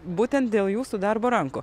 būtent dėl jūsų darbo rankų